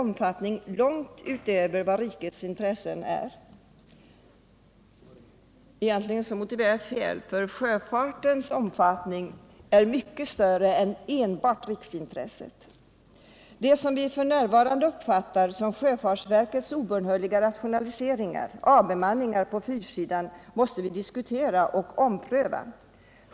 Men sjöfartens omfattning är mycket större än enbart riksintresset. Det som vi f. n. uppfattar som sjöfartsverkets obönhörliga rationaliseringar —- avbemanningarna — på fyrsidan måste vi diskutera och ompröva.